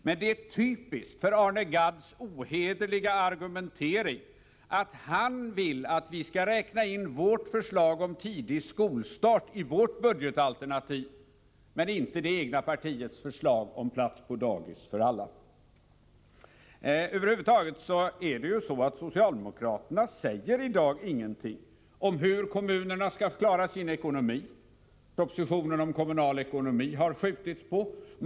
Men det är typiskt för Arne Gadds ohederliga argumentering att han vill att vi skall räkna in vårt förslag om tidig skolstart i vårt budgetalternativ, men att regeringen i sin budget inte skall räkna in det egna partiets förslag om plats på dagis för alla. Socialdemokraterna säger i dag ingenting om hur kommunerna skall klara sin ekonomi — propositionen om kommunal ekonomi har skjutits framåt i tiden.